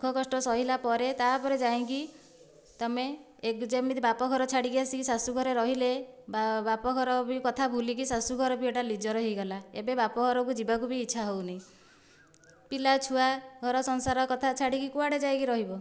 ଦୁଃଖ କଷ୍ଟ ସହିଲା ପରେ ତା'ପରେ ଯାଇକି ତୁମେ ଏବେ ଯେମିତି ବାପ ଘର ଛାଡ଼ିକି ଆସିକି ଶାଶୁ ଘରେ ରହିଲେ ବାପ ଘର ଭି କଥା ବୁଲିକି ଶାଶୁ ଘର ବି ଏହିଟା ନିଜର ହୋଇଗଲା ଏବେ ବାପ ଘରକୁ ଯିବାକୁ ବି ଇଚ୍ଛା ହେଉନି ପିଲା ଛୁଆ ଘର ସଂସାର କଥା ଛାଡ଼ିକି କୁଆଡ଼େ ଯାଇକି ରହିବ